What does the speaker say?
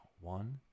one